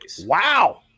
Wow